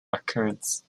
records